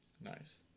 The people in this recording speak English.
Nice